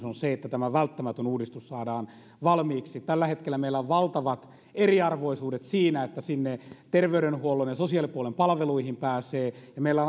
on se että tämä välttämätön uudistus saadaan valmiiksi tällä hetkellä meillä on valtavat eriarvoisuudet siinä että sinne terveydenhuollon ja sosiaalipuolen palveluihin pääsee meillä ovat